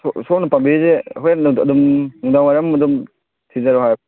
ꯁꯣꯝꯅ ꯄꯥꯝꯕꯤꯔꯤꯁꯦ ꯍꯣꯔꯦꯟ ꯑꯗꯨꯝ ꯅꯨꯡꯗꯥꯡꯋꯥꯏꯔꯝ ꯑꯗꯨꯝ ꯊꯤꯟꯖꯔꯛꯑꯣ ꯍꯥꯏꯕ꯭ꯔꯣ